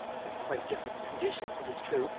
under quite different conditions, it is true,